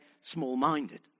small-minded